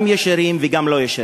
גם ישירים וגם לא-ישירים,